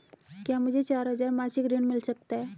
क्या मुझे चार हजार मासिक ऋण मिल सकता है?